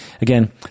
Again